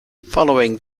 following